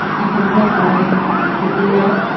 you can post on facebook. you can email.